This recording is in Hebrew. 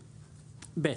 (ב)